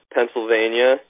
Pennsylvania